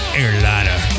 airliner